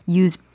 use